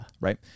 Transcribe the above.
Right